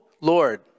Lord